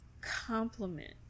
compliment